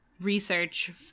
research